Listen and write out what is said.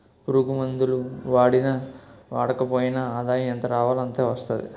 పురుగుమందులు వాడినా వాడకపోయినా ఆదాయం ఎంతరావాలో అంతే వస్తాది